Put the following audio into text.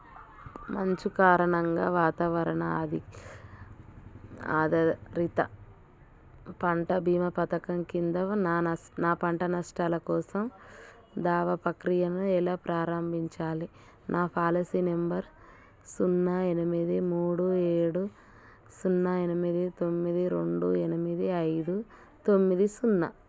మంచు కారణంగా వాతావరణ ఆధారిత పంట బీమా పథకం కింద నా నా పంట నష్టాల కోసం దావా ప్రక్రియను ఎలా ప్రారంభించాలి నా పాలసీ నెంబర్ సున్నా ఎనిమిది మూడు ఏడు సున్నా ఎనిమిది తొమ్మిది రెండు ఎనిమిది ఐదు తొమ్మిది సున్నా